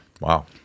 Wow